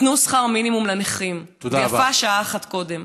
תנו שכר מינימום לנכים, ויפה שעה אחת קודם.